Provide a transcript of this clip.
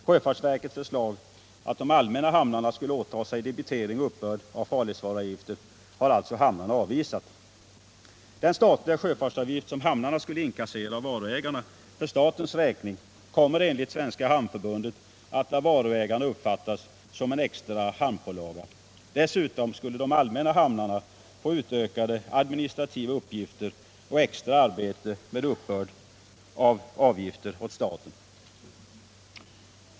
Sjöfartsverkets förslag att de allmänna hamnarna skulle åta sig debitering och uppbörd av farledsvaruavgifter har alltså hamnarna avvisat. Den statliga sjöfartsavgift som hamnarna skulle inkassera av varuägarna för statens räkning kommer enligt Svenska hamnförbundet att av varuägarna uppfattas som en extra hamnpålaga. Dessutom skulle de allmänna hamnarna få utökade administrativa uppgifter och extra arbete med uppbörd av avgifter åt staten.